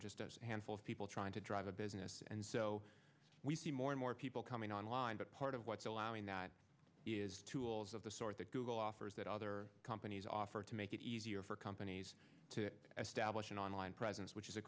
just a handful of people trying to drive a business and so we see more and more people coming online but part of what's allowing that is tools of the sort that google offers that other companies offer to make it easier for companies to establish an online presence which is a